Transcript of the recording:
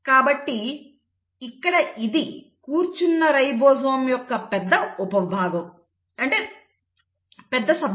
కాబట్టి ఇక్కడ ఇది కూర్చున్న రైబోజోమ్ యొక్క పెద్ద ఉపభాగము